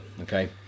okay